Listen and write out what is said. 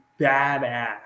badass